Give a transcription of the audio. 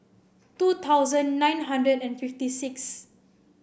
two thousand nine hundred and fifty sixth